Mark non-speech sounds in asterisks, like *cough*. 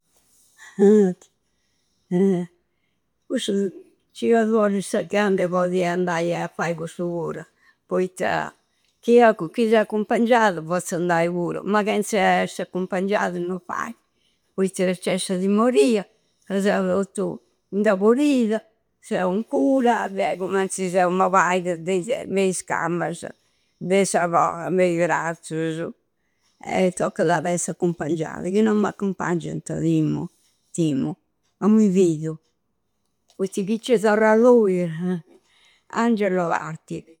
Ah! Ah! Cussu ci ada a olli sa gana de podi andai a fai custu pura, poitta. Chia, chi s'accumpangiada pozzu andai pura. Ma chenze a esse accumpangiada, no faidi. Poitta c'è sa timmoria, ca seu tottu indaborida, seu in cura de cummenti seu mobaide, de is. Me is cambasa, de sa co. Mei brazzusu e toccada essi accumpangiada. Chi no m'accumpangianta timmu, timmu. No mi fidu. Poitta chi ci torru arrui, eh! Angelo. *unintelligible*